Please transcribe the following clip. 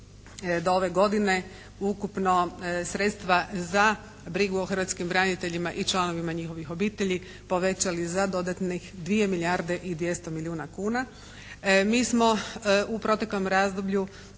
do ove godine ukupno sredstva za brigu o hrvatskim braniteljima i članovima njihovih obitelji povećali za dodatnih 2 milijarde i 200 milijuna kuna. Mi smo u proteklom razdoblju